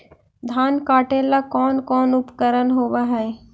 धान काटेला कौन कौन उपकरण होव हइ?